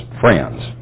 friends